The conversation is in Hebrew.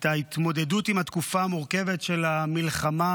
את ההתמודדות עם התקופה המורכבת של המלחמה.